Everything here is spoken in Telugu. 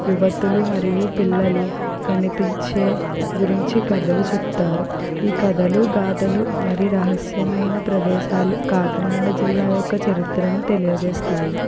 యువతులు మరియు పిల్లలు కనిపించే గురించే కథలు చెప్తారు ఈ కథలు గాధలు మరి రహస్యమైన ప్రదేశాలు కాకినాడ జిల్లా యొక్క చరిత్రను తెలియజేస్తాయి